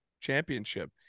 championship